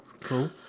cool